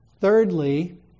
Thirdly